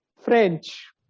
French